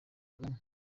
kagame